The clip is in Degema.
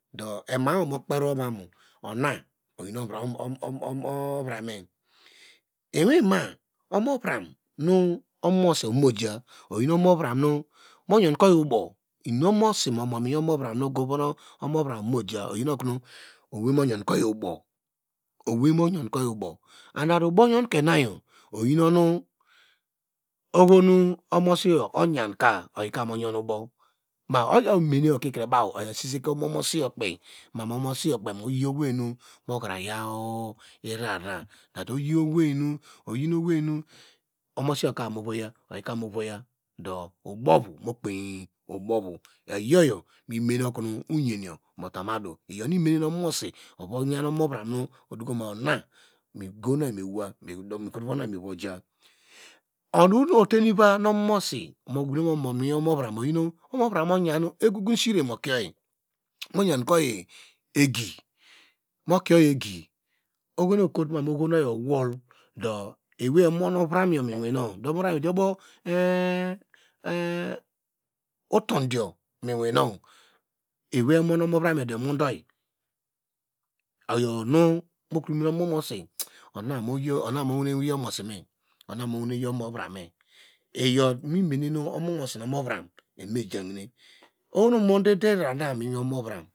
Do ema wo mokperi womamu una oyin oh ovrame omomosi oyamu ju oyinu omo uvam nu moyon ke oyi baw inum nu omomosi omon miwin omovram nu ogovamu ja oyiokono moyon ke oyi, bow and that obow yonke na yo oyi onu ohonu omosiyo oyanka oyika moyon obow oyawo omene kre yasiseke omomosi yoke oyi owei nu mohira yaw irara na oyiowenu omosika muvayc oyika omovaya, do buwvu mokpei obowvu do yoyo minmene okonu oyem yomutamu adu yonu imem no omosi ogoyan omovram nu mu dokomo migonu oyi mewo onu ite niva no omomosi mobine kono momon miwin omovram, omovram moyan egogosire mokie oyi moyan koyi egi ohonu ekotoma ohonu oyi owol do ewei emon ovrayo miwino do ovramiyo oju boko motudiyo miwin no ewei emon omovram yo do emode oyi oyonu momene omomosi ona moyi omosime ona mowa yi ovramme, iyor inum nu mimene nu omomosi nu omovram evame jahine ohonu omode ina miwi omovram